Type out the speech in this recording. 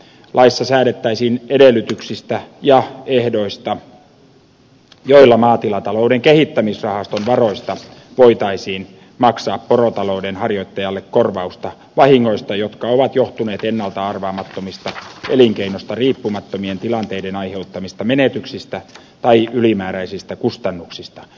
laissa säädettäisiin edellytyksistä ja ehdoista joilla maatilatalouden kehittämisrahaston varoista voitaisiin maksaa porotalouden harjoittajalle korvausta vahingoista jotka ovat johtuneet ennalta arvaamattomista elinkeinosta riippumattomien tilanteiden aiheuttamista menetyksistä tai ylimääräisistä kustannuk sista